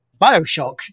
Bioshock